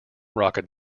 rocket